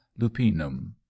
lupinum